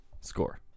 score